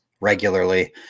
regularly